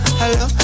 hello